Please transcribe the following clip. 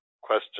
question